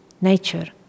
nature